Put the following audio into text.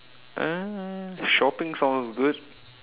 uh shopping sounds good